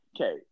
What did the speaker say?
Okay